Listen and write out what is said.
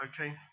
okay